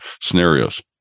scenarios